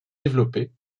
développée